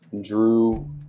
drew